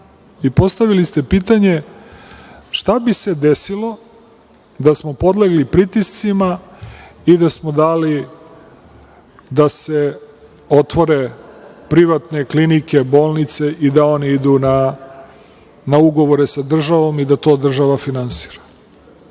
i postavili ste pitanje – šta bi se desilo da smo podlegli pritiscima i da smo dali da se otvore privatne klinike, bolnice i da oni idu na ugovore sa državom i da to država finansira. Prvo,